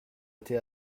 été